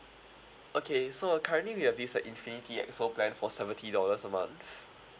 okay so currently we have this uh infinity X O plan for seventy dollars a month